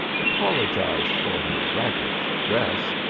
apologized for her ragged dress,